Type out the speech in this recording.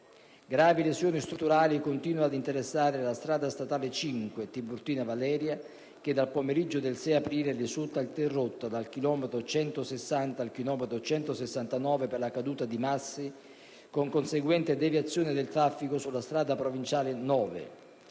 Gravi lesioni strutturali continuano ad interessare la strada statale 5 Tiburtina Valeria, che dal pomeriggio del 6 aprile risulta interrotta dal chilometro 160 al chilometro 169 per la caduta di massi con conseguente deviazione del traffico sulla strada provinciale 9,